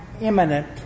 imminent